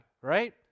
right